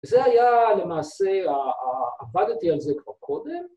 ‫וזה היה למעשה, ‫עבדתי על זה כבר קודם.